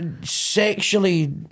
sexually